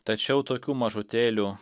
tačiau tokių mažutėlių